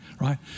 Right